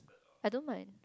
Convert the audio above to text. I don't mind